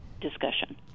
discussion